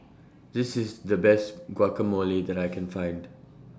This IS The Best Guacamole that I Can Find